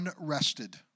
unrested